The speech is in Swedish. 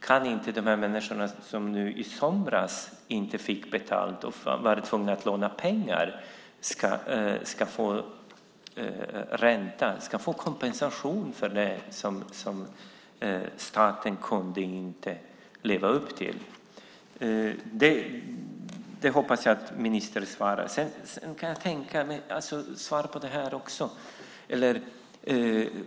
Kan inte de människor som i somras inte fick betalt utan var tvungna att låna pengar få kompensation för det som staten inte kunde leva upp till? Det hoppas jag att ministern svarar på. Sedan kan jag tänka mig att